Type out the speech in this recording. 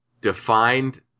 defined